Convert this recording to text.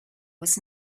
was